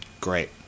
great